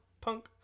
punk